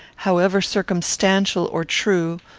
however circumstantial or true,